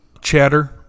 chatter